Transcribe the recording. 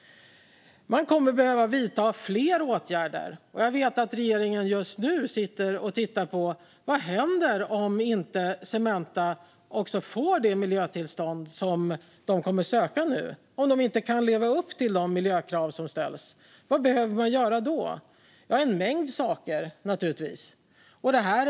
Man kommer att behöva vidta fler åtgärder, och jag vet att regeringen just nu sitter och tittar på vad som händer om Cementa inte får det miljötillstånd de kommer att söka nu - om de inte kan leva upp till de miljökrav som ställs. Vad behöver man göra då? Ja, det är naturligtvis en mängd saker.